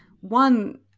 one